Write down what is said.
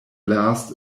last